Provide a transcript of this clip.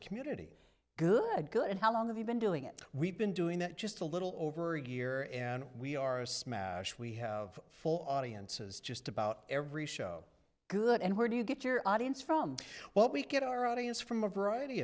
community good good how long have you been doing it we've been doing that just a little over a year and we are a smash we have full audiences just about every show good and where do you get your audience from well we get our audience from a variety